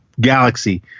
Galaxy